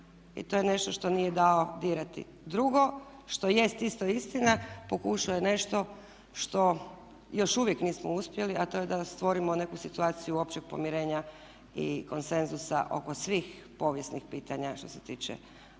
i to je nešto što nije dao dirati. Drugo što jest isto istina, pokušao je nešto što još uvijek nismo uspjeli a to je da stvorimo neku situaciju općeg pomirenja i konsenzusa oko svih povijesnih pitanja što se tiče